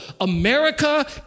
America